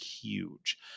huge